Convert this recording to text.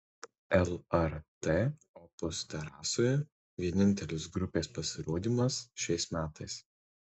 lrt opus terasoje vienintelis grupės pasirodymas šiais metais